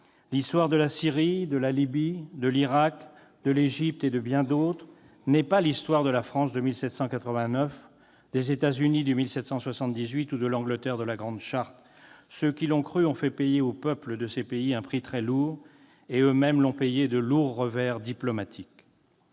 L'histoire de la Syrie, de la Libye, de l'Irak, de l'Égypte et de bien d'autres n'est pas l'histoire de la France de 1789, des États-Unis de 1778 ou de l'Angleterre de la Grande Charte. Ceux qui l'ont cru ont fait payer aux peuples de ces pays un prix très lourd. Et eux-mêmes l'ont payé de lourds revers diplomatiques.